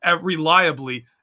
reliably